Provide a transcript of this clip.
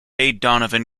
donovan